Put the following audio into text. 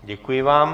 Děkuji vám.